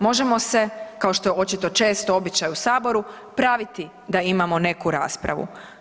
Možemo se kao što je očito često običaj u saboru praviti da imamo neku raspravu.